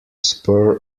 spur